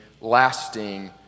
lasting